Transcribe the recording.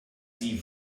sie